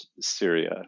Syria